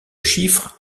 chiffre